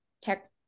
tech